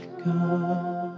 come